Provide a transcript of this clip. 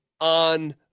on